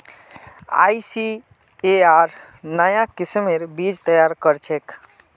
ICAR नाया किस्मेर बीज तैयार करछेक